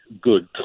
good